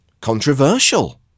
Controversial